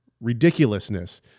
ridiculousness